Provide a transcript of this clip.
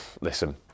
listen